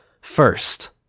First